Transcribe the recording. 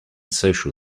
social